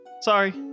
sorry